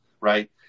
Right